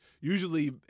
usually